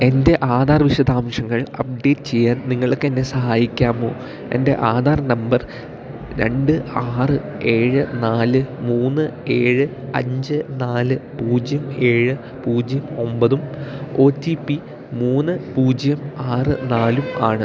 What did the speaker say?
എൻ്റെ ആധാർ വിശദാംശങ്ങൾ അപ്ഡേറ്റ് ചെയ്യാൻ നിങ്ങൾക്ക് എന്നെ സഹായിക്കാമോ എൻ്റെ ആധാർ നമ്പർ രണ്ട് ആറ് ഏഴ് നാല് മൂന്ന് ഏഴ് അഞ്ച് നാല് പൂജ്യം ഏഴ് പൂജ്യം ഒമ്പതും ഒ ടി പി മൂന്ന് പൂജ്യം ആറ് നാലും ആണ്